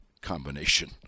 combination